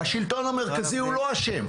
השלטון המרכזי לא אשם.